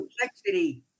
complexity